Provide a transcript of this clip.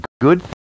good